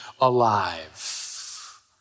alive